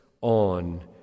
on